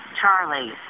charlie